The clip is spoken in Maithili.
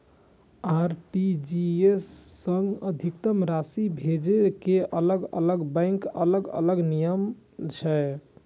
आर.टी.जी.एस सं अधिकतम राशि भेजै के अलग अलग बैंक के अलग अलग नियम छै